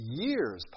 years